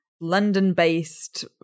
London-based